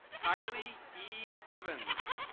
kylie e. evans.